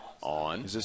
on